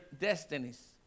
destinies